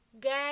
Guys